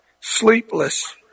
Sleepless